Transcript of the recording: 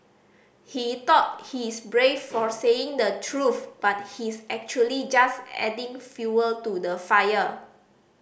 he thought he's brave for saying the truth but he's actually just adding fuel to the fire